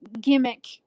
gimmick